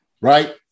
right